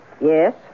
Yes